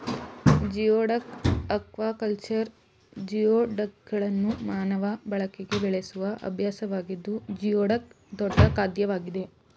geoduck aquaculture ಜಿಯೋಡಕ್ಗಳನ್ನು ಮಾನವ ಬಳಕೆಗೆ ಬೆಳೆಸುವ ಅಭ್ಯಾಸವಾಗಿದ್ದು ಜಿಯೋಡಕ್ ದೊಡ್ಡ ಖಾದ್ಯವಾಗಿದೆ